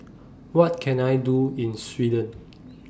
What Can I Do in Sweden